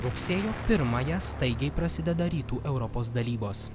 rugsėjo pirmąją staigiai prasideda rytų europos dalybos